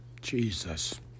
Jesus